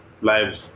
lives